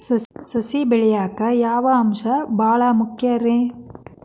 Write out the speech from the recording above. ಸಸಿ ಬೆಳೆಯಾಕ್ ಯಾವ ಅಂಶ ಭಾಳ ಮುಖ್ಯ ರೇ?